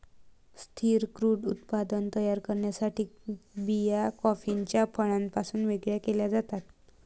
स्थिर क्रूड उत्पादन तयार करण्यासाठी बिया कॉफीच्या फळापासून वेगळे केल्या जातात